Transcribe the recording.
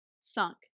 sunk